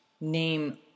name